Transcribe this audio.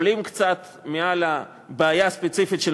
כשעולים קצת מעל הבעיה הספציפית של